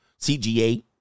CGA